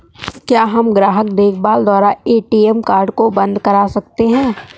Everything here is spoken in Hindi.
क्या हम ग्राहक देखभाल द्वारा ए.टी.एम कार्ड को बंद करा सकते हैं?